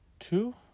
two